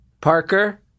Parker